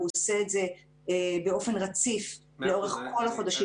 הוא עושה את זה באופן רציף לאורך כל החודשים